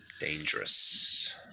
dangerous